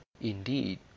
Indeed